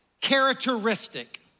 characteristic